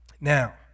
Now